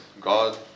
God